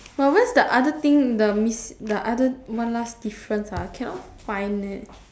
but where's the other thing the mis~ the other one last difference ah cannot find leh